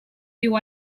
viu